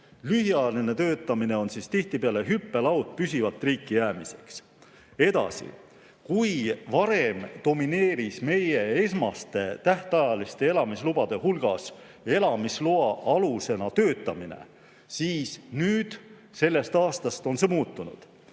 Lühiajaline töötamine on tihtipeale hüppelaud püsivalt riiki jäämiseks. Edasi. Kui varem domineeris meie esmaste tähtajaliste elamislubade hulgas elamisloa alusena töötamine, siis nüüd, sellest aastast on see muutunud.